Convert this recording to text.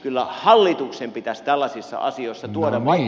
kyllä hallituksen pitäisi tällaisissa asioissa tuoda